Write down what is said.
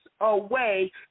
away